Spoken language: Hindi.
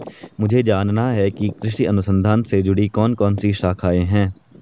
मुझे जानना है कि कृषि अनुसंधान से जुड़ी कौन कौन सी शाखाएं हैं?